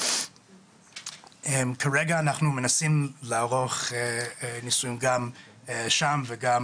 כרגע אנחנו מנסים לערוך ניסוים גם שם וגם